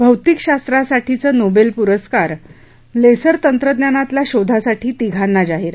भौतिक शास्त्रासाठी नोबेल पारितोषिक लेसर तंत्रज्ञानातल्या शोधासाठी तीघांना जाहीर